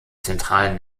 zentralen